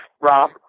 Rob